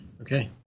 Okay